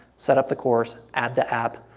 set up the course, add the app,